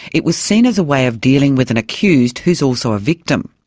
it was seen as a way of dealing with an accused who's also a victim.